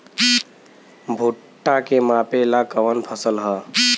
भूट्टा के मापे ला कवन फसल ह?